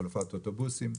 החלפת אוטובוסים.